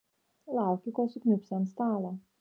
lauki kol sukniubsi ant stalo